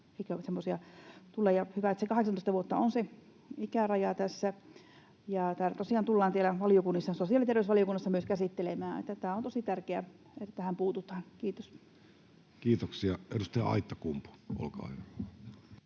ja lasten silmissä. Hyvä, että se 18 vuotta on se ikäraja tässä. Tämä tosiaan tullaan vielä sosiaali- ja terveysvaliokunnassa myös käsittelemään. On tosi tärkeää, että tähän puututaan. Kiitoksia. — Edustaja Aittakumpu, olkaa hyvä.